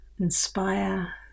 inspire